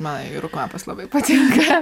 man ajarų kvapas labai patinka